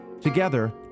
together